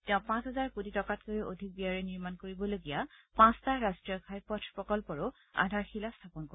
তেওঁ পাঁচ হাজাৰ কোটি টকাতকৈও অধিক ব্যয়ৰে নিৰ্মাণ কৰিবলগীয়া পাঁচটা ৰাষ্ট্ৰীয় ঘাইপথ প্ৰকল্পৰো আধাৰশিলা স্থাপন কৰিব